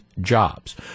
jobs